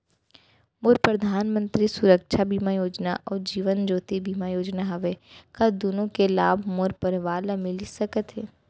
मोर परधानमंतरी सुरक्षा बीमा योजना अऊ जीवन ज्योति बीमा योजना हवे, का दूनो के लाभ मोर परवार ल मिलिस सकत हे?